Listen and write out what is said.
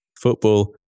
football